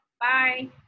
bye